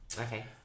Okay